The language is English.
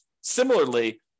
Similarly